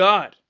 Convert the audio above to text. God